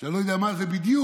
שאני לא יודע מה זה בדיוק,